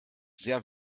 sehr